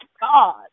God